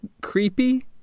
creepy